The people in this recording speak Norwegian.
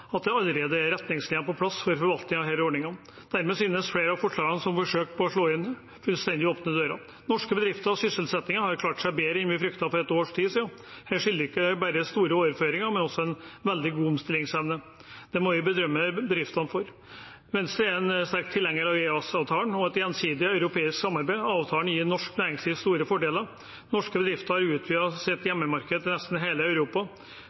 at det allerede er retningslinjer på plass for å forvalte disse ordningene. Dermed synes flere av forslagene å være forsøk på å slå inn fullstendig åpne dører. Norske bedrifter og sysselsettingen har klart seg bedre enn vi fryktet for et års tid siden. Det skyldes ikke bare store overføringer, men også en veldig god omstillingsevne. Det må vi berømme bedriftene for. Venstre er en sterk tilhenger av EØS-avtalen og et gjensidig europeisk samarbeid. Avtalen gir norsk næringsliv store fordeler; norske bedrifter har utvidet sitt hjemmemarked til nesten hele Europa.